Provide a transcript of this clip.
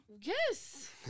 yes